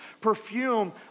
perfume